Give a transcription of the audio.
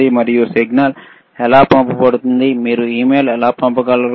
మరియు సిగ్నల్స్ ఎలా పంపబడతాయి మీరు ఇమెయిల్ ఎలా పంపగలరు